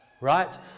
Right